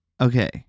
okay